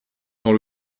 dans